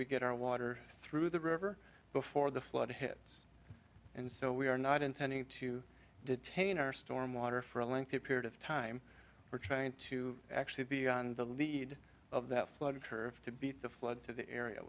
we get our water through the river before the flood hits and so we are not intending to detain our stormwater for a lengthy period of time we're trying to actually be the lead of that flood curve to beat the flood to the area